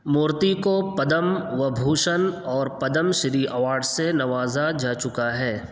مورتی کو پدم وبھوشن اور پدم شری ایوارڈ سے نوازا جا چکا ہے